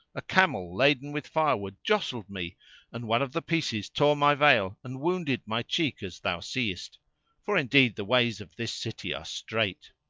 a camel laden with firewood jostled me and one of the pieces tore my veil and wounded my cheek as thou seest for indeed the ways of this city are strait.